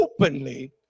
openly